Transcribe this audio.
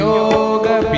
Yoga